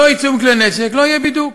לא יצאו עם כלי נשק, לא יהיה בידוק.